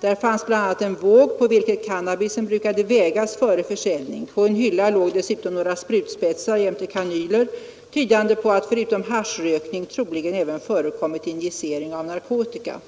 Där fanns bl.a. en våg på vilken cannabisen brukade vägas före försäljning. På en hylla låg dessutom några sprutspetsar jämte kanyler, tydande på att förutom haschrökning troligen även förekommit injicering av narkotika.”